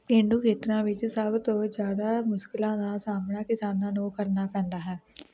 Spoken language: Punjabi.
ਪੇਂਡੂ ਖੇਤਰਾਂ ਵਿੱਚ ਸਭ ਤੋਂ ਜ਼ਿਆਦਾ ਮੁਸ਼ਕਿਲਾਂ ਦਾ ਸਾਹਮਣਾ ਕਿਸਾਨਾਂ ਨੂੰ ਕਰਨਾ ਪੈਂਦਾ ਹੈ